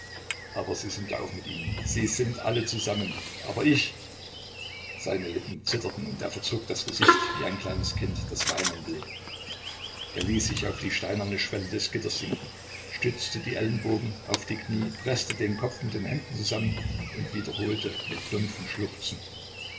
aber sie sind ja auch mit ihnen sie sind alle zusammen aber ich seine lippen zitterten und er verzog das gesicht wie ein kleines kind das weinen will er ließ sich auf die steinerne schwelle des gitters sinken stützte die ellenbogen auf die knie preßte den kopf mit den händen zusammen und wiederholte mit dumpfem schluchzen